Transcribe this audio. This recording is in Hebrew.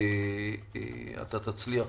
אתה תצליח.